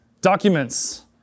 documents